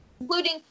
including